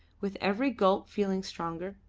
with every gulp feeling stronger,